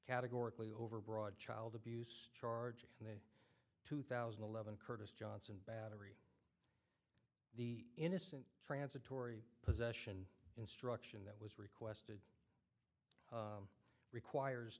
categorically overbroad child abuse charge and the two thousand and eleven curtis johnson battery the innocent transitory possession instruction that was requested requires